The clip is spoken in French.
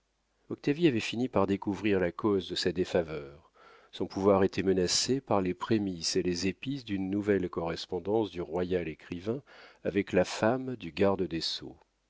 avait fini par découvrir la cause de sa défaveur son pouvoir était menacé par les prémices et les épices d'une nouvelle correspondance du royal écrivain avec la femme du garde des sceaux